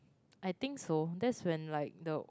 I think so that is when like the